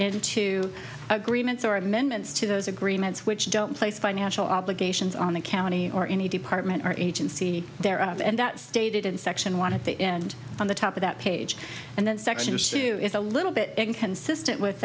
in to agreements or amendments to those agreements which don't place financial obligations on the county or any department or agency there of and that stated in section one of the end on the top of that page and then section assume is a little bit inconsistent with